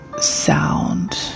sound